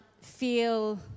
feel